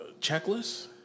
checklists